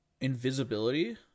invisibility